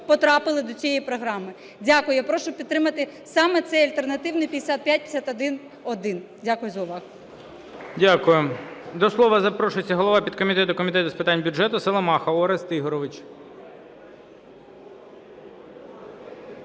потрапили до цієї програми. Дякую. Я прошу підтримати саме цей альтернативний 5551-1. Дякую за увагу. ГОЛОВУЮЧИЙ. Дякую. До слова запрошується голова підкомітету Комітету з питань бюджету Саламаха Орест Ігоревич.